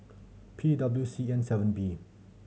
P W C N seven B